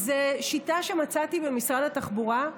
זאת שיטה שמצאתי במשרד התחבורה,